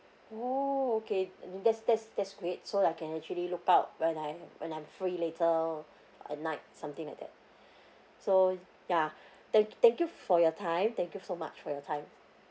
oh okay that's that's that's great so I can actually look out when I'm when I'm free later at night something like that so yeah thank thank you for your time thank you so much for your time